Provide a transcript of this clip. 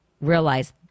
realize